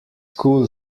cool